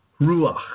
ruach